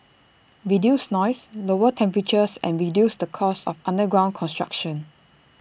reduce noise lower temperatures and reduce the cost of underground construction